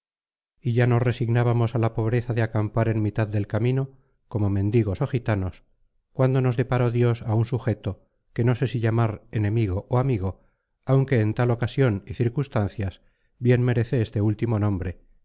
y ya nos resignábamos a la pobreza de acampar en mitad del camino como mendigos o gitanos cuando nos deparó dios a un sujeto que no sé si llamar enemigo o amigo aunque en tal ocasión y circunstancias bien merece este último nombre